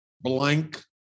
blank